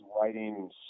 writing